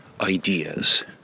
ideas